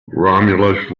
romulus